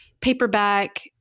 paperback